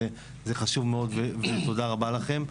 זה חשוב מאוד ותודה רבה לכם.